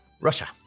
Russia